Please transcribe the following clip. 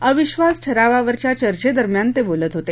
अविक्षास ठरावावरच्या चर्चेदरम्यान ते बोलत होते